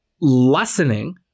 lessening